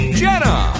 jenna